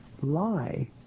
lie